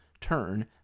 turn